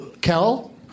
Kel